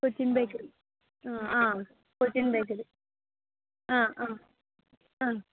Cochin bakery ഹ ഹാ Cochin bakery അ ആ